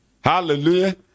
hallelujah